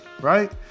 Right